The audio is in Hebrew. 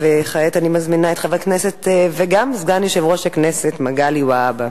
כעת אני מזמינה את חבר הכנסת וגם סגן יושב-ראש הכנסת מגלי והבה.